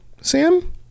sam